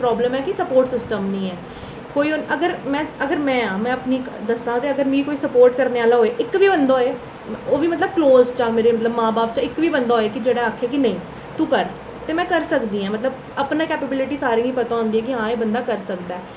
problem ऐ कि support system निं ऐ कोई होर अगर में अगर में आं में अपनी दस्सां ते अगर मिगी कोई सपोर्ट करने आह्ला होऐ इक बी बंदा होऐ ओह् बी मतलब क्लोज दा मेरे मतलब मां बब्ब चा इक बी बंदा होऐ जेह्ड़ा आखै कि नेईं तू कर ते में कर सकदी आं मतलब अपनी कैपैबिलिटी सारें गी पता होंदी कि हां एह् बंदी करी सकदा ऐ